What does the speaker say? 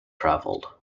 travelled